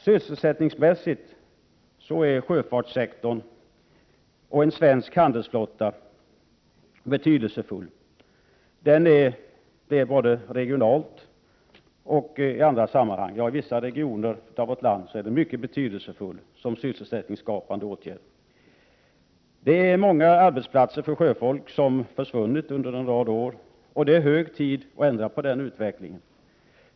Sysselsättningsmässigt är sjöfartssektorn och en svensk handelsflotta betydelsefulla både regionalt och i övrigt. I vissa regioner av vårt land är de mycket betydelsefulla för sysselsättningen. Det är många arbetsplatser inom sjöfarten som har försvunnit under en rad år, och det är hög tid att ändra på den utvecklingen.